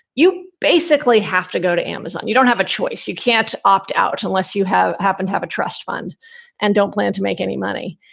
you basically have to go to amazon. you don't have a choice. you can't opt out unless you have happen to have a trust fund and don't plan to make any money.